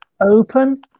open